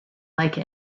like